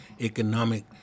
economic